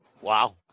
Wow